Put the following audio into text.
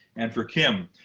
and for kim.